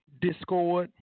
Discord